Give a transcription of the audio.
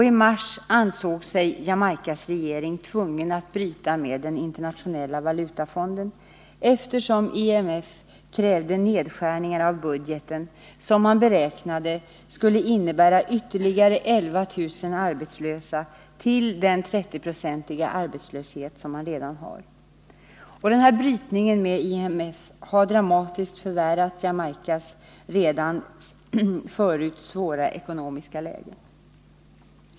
I mars ansåg sig Jamaicas regering tvungen att bryta med Internationella valutafonden, eftersom IMF krävde nedskärningar av budgeten som man beräknade skulle innebära ytterligare 11 000 arbetslösa till den 30-procentiga arbetslöshet man redan har. Brytningen med IMF har dramatiskt förvärrat Jamaicas redan förut svåra ekonomiska läge.